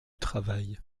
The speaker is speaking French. travail